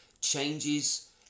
changes